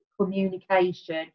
communication